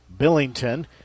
Billington